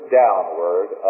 downward